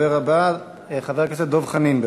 הדובר הבא, חבר הכנסת דב חנין.